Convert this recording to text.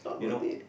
you know